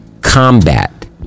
combat